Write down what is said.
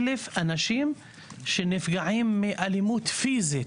1,000 אנשים שנפגעים מאלימות פיזית.